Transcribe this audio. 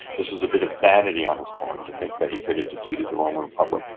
this was a bit of vanity on his part to think that he could have defeated the roman republic.